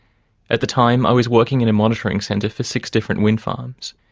at the time, i was working in a monitoring centre for six different wind farms.